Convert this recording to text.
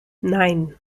nein